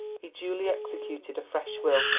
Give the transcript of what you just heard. he duly executed a fresh will,